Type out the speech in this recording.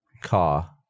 car